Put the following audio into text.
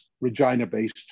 Regina-based